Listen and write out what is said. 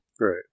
Right